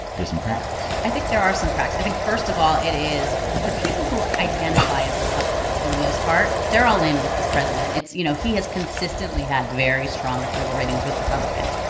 there's some cracks i think there are some cracks. i think, first of all, it is the people who identify as republicans, for the most part, they're all in with this president. it's you know, he has consistently had very strong approval ratings with republicans.